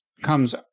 comes